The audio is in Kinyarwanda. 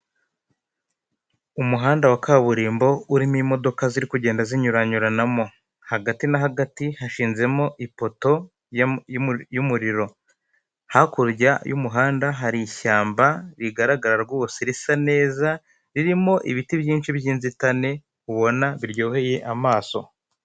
Umuhanda wa kaburimbo urimo imodoka ziri kugenda zinyuranyuranamo. Hagati na hagati hashizemo ipoto y'umuriro. Hakurya y'umuhanda hari ishyamba rigaragara rwose risa neza, ririmo ibiti byinshi byinzitane ubona biryoheye amaso.